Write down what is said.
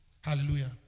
Hallelujah